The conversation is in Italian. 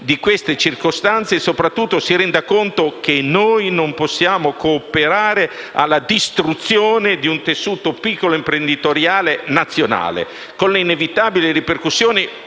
di queste circostanze e soprattutto si renda conto che noi non possiamo cooperare alla distruzione di un tessuto piccoloimprenditoriale nazionale, con le inevitabili ripercussioni